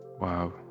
Wow